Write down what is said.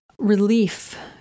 relief